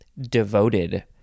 devoted